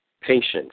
patience